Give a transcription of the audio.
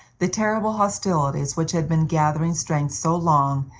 the terrible hostilities which had been gathering strength so long,